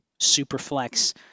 Superflex